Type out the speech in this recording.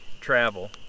travel